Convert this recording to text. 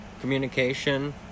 communication